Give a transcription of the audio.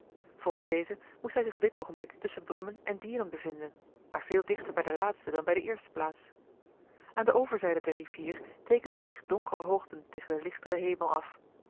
volgens deze moest hij zich op dit oogenblik tusschen brummen en dieren bevinden maar veel dichter bij de laatste dan bij de eerste plaats aan de overzijde der rivier teekenden zich donkere hoogten tegen den lichteren hemel af